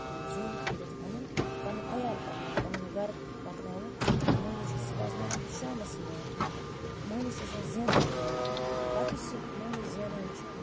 زیٖنِتھ کٔرِتھ اَنُن پَنُن عیال پَکٕناوُن پَنُن گَرٕ پَکٕناوُن مہٕنیوٗ چھِ صُبحس نٮ۪ران تہٕ شامَس یِوان تہٕ مہٕنِوِس چھِ آسان زیٚنٕچ کٲم پَتہٕ یُس یہِ مہٕنیوٗ زیٚنان چھُ